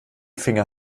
finger